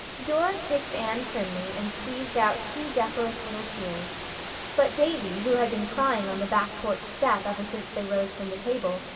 dora kissed anne primly and squeezed out two decorous little tears but davy, who had been crying on the back porch step ever since they rose from the table,